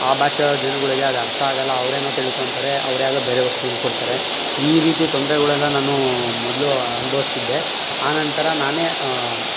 ಆ ಭಾಷಾ ಜನಗಳಿಗೆ ಅದು ಅರ್ಥ ಆಗಲ್ಲ ಅವ್ರು ಏನೋ ತಿಳ್ಕೊಳ್ತಾರೆ ಅವ್ರು ಯಾವುದೋ ಬೇರೆ ವಸ್ತುನ ಕೊಡ್ತಾರೆ ಈ ರೀತಿ ತೊಂದರೆಗಳೆಲ್ಲ ನಾನು ಮೊದಲು ಅನುಭವಿಸ್ತಿದ್ದೆ ಆನಂತರ ನಾನೇ